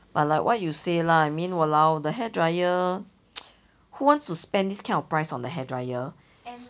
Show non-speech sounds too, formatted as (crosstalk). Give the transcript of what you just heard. but like what you say lah I mean !walao! the hairdryer (noise) who wants to spend this kind of price on the hairdryer